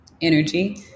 energy